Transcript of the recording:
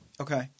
Okay